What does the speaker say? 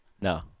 No